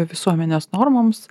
visuomenės normoms